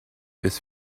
bis